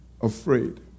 afraid